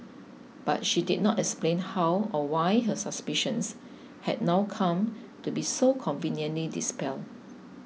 but she did not explain how or why her suspicions had now come to be so conveniently dispelled